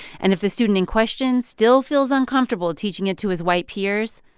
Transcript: and if the student in question still feels uncomfortable teaching it to his white peers,